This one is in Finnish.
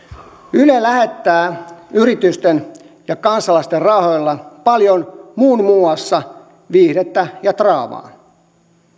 yle lähettää yritysten ja kansalaisten rahoilla paljon muun muassa viihdettä ja draamaa